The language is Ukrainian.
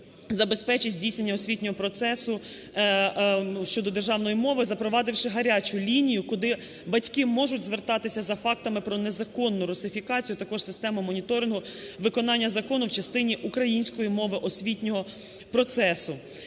забезпечить здійснення освітнього процесу щодо державної мови, запровадивши гарячу лінію, куди батьки можуть звертатися за фактами про незаконну русифікацію, також систему моніторингу виконання закону в частині української мови освітнього процесу.